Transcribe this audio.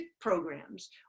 programs